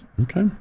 Okay